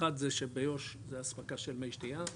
אחד זה שביו"ש זה אספקה של מי שתייה,